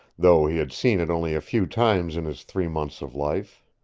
though he had seen it only a few times in his three months of life.